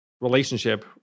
relationship